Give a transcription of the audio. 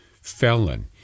Felon